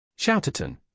Shouterton